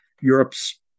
Europe's